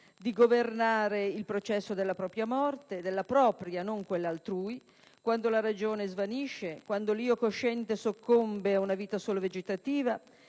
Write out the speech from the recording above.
di governare il processo della propria morte (della propria, non di quella altrui), quando la ragione svanisce e l'io cosciente soccombe ad una vita solo vegetativa,